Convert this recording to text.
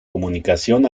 comunicación